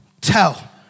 Tell